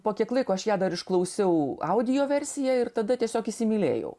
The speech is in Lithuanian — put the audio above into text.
po kiek laiko aš ją dar išklausiau audio versiją ir tada tiesiog įsimylėjau